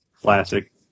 Classic